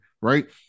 Right